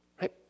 right